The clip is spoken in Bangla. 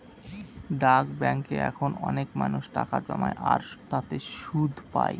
ডাক ব্যাঙ্কে এখন অনেক মানুষ টাকা জমায় আর তাতে সুদ পাই